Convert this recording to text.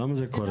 למה זה קורה?